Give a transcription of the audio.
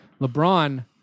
LeBron